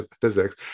physics